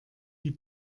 die